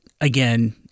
again